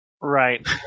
Right